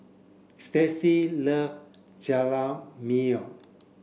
Stacey love Jajangmyeon